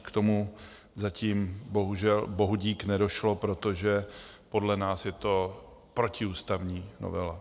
K tomu zatím bohužel bohudík nedošlo, protože podle nás je to protiústavní novela.